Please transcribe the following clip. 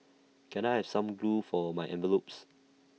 can I have some glue for my envelopes